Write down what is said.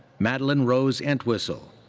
madeline rose entwistle.